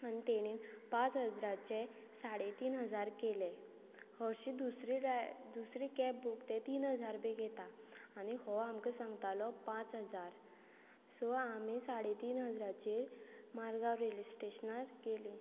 आनी ताणी पांच हजराचें साडे तीन हजार केले हरशीं दुसरी ड्राय दुसरी कॅब बूक ते तीन हजार बी घेता आनी हो आमकां सांगतालो पांच हजार सो आमी साडे तीन हजाराचेर मारगांव रेल्वे स्टेशनार गेली